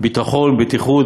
ביטחון ובטיחות,